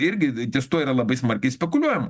ir girdintys tuo yra labai smarkiai spekuliuojama